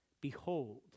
Behold